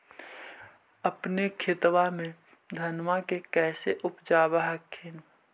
अपने खेतबा मे धन्मा के कैसे उपजाब हखिन?